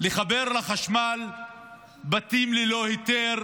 לחבר לחשמל בתים ללא היתר,